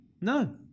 no